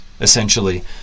Essentially